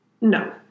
No